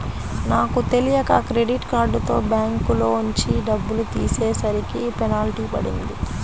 నాకు తెలియక క్రెడిట్ కార్డుతో బ్యాంకులోంచి డబ్బులు తీసేసరికి పెనాల్టీ పడింది